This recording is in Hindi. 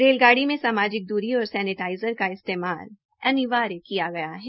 रेलगाड़ी में सामाजिक दूरी और सैनीटाईजर का इस्तेमाल अनिवार्य किया गया है